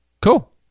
Cool